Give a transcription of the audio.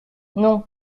non